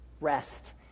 rest